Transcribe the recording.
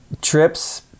trips